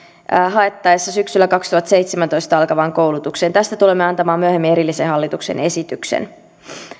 haettaessa syksyllä kaksituhattaseitsemäntoista alkavaan koulutukseen tästä tulemme antamaan myöhemmin erillisen hallituksen esityksen